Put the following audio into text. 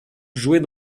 jouée